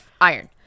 iron